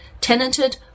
tenanted